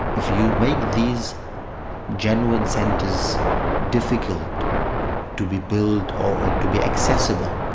if you make these genuine centres difficult to be built or to be accessible,